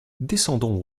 descendons